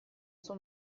suo